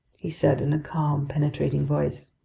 he said in a calm, penetrating voice,